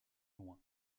loin